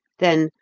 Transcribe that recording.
then,